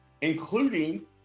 including